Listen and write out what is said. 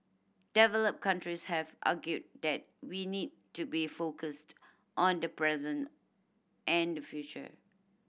developed countries have argued that we need to be focused on the present and the future